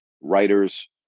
writers